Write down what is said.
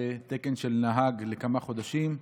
תקן של נהג לכמה חודשים,